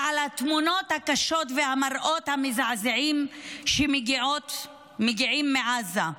על התמונות הקשות והמראות המזעזעים שמגיעים מעזה.